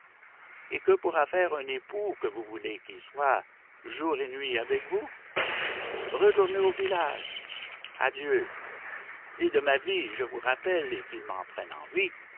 et que pourra faire un époux que vous voulez qui soit jour et nuit avec vous retournez au village adieu si de ma vie je vous rappelle et qu'il m'en prenne envie